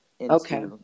Okay